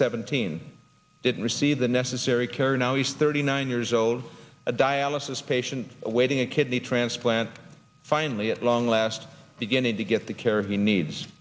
seventeen didn't receive the necessary care now he's thirty nine years old a dialysis patient awaiting a kidney transplant finally at long last beginning to get the care he needs